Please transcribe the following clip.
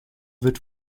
wird